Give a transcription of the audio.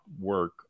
work